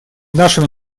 нашими